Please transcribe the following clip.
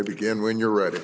begin when you're ready